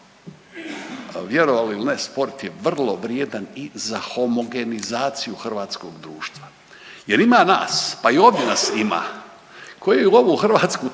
vjerovali ili ne sport je vrlo vrijedan i za homogenizaciju hrvatskog društva jer ima nas, pa i ovdje nas ima koji ovu Hrvatsku trpimo,